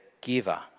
giver